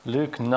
Luke